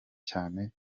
cyane